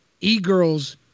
e-girls